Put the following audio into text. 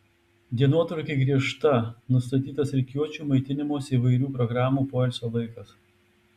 dienotvarkė griežta nustatytas rikiuočių maitinimosi įvairių programų poilsio laikas